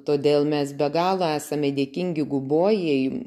todėl mes be galo esame dėkingi guboja jums